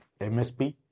MSP